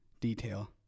detail